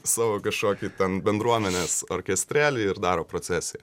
savo kažkokį ten bendruomenės orkestrėlį ir daro procesiją